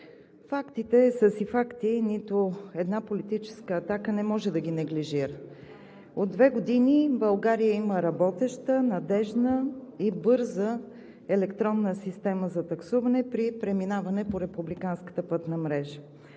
Фактите са си факти и нито една политическа атака не може да ги неглижира. От две години България има работеща, надеждна и бърза електронна система за таксуване при преминаване по републиканската пътна мрежа.